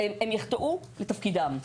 שיחטאו לתפקידם.